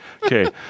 Okay